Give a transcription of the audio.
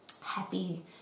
happy